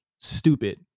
stupid